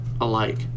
alike